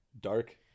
dark